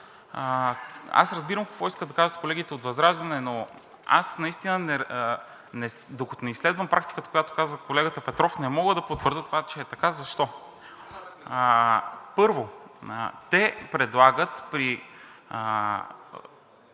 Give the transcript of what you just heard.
аз разбирам какво искат да кажат колегите от ВЪЗРАЖДАНЕ, но докато не изследвам практиката, която каза колегата Петров, не мога да потвърдя това, че е така. Защо? Първо, те предлагат при